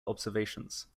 observations